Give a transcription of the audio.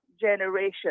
generation